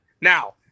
Now